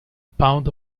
pound